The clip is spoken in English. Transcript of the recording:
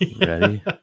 ready